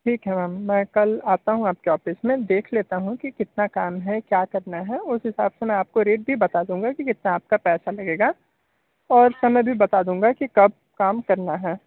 ठीक है मैम मैं कल आता हूँ आपके ऑफिस में देख लेता हूँ कि कितना काम है क्या करना है उस हिसाब से मैं आपको रेट भी बता दूँगा कि कितना आपका पैसा लगेगा और समय भी बता दूँगा कि कब काम करना है